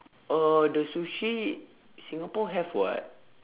uh the sushi singapore have [what]